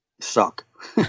suck